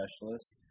specialists